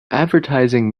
advertising